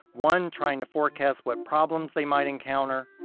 one trying to forecast what problems they might encounter.